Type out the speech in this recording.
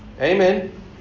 Amen